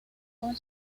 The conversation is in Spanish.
joven